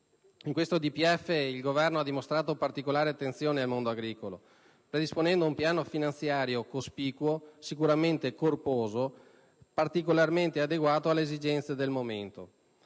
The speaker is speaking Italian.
In questo DPEF il Governo ha dimostrato particolare attenzione al mondo agricolo, predisponendo un piano finanziario cospicuo, sicuramente corposo e particolarmente adeguato alle esigenze del momento.